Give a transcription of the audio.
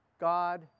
God